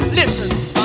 Listen